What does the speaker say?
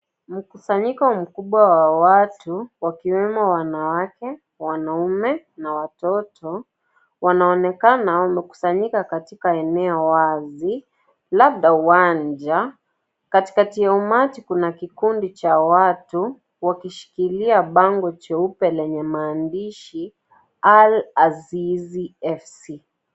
Mkusanyiko mkubwa wa watu wakiwemo wanawake , wanaume na watoto wanaonekana wamekusanyika katika eneo wazi labda uwanja katikati ya umati kuna kikundi cha watu wakishikilia bango jeupe lenye maandishi Alazizi FC.